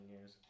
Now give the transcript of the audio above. years